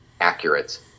accurate